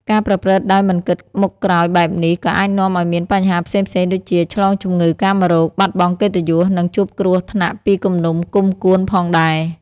ការប្រព្រឹត្តដោយមិនគិតមុខក្រោយបែបនេះ ក៏អាចនាំឲ្យមានបញ្ហាផ្សេងៗដូចជា ឆ្លងជំងឺកាមរោគ បាត់បង់កិត្តិយស និងជួបគ្រោះថ្នាក់ពីគំនុំគុំកួនផងដែរ។